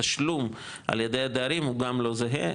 התשלום על ידי הדיירים הוא גם לא זהה,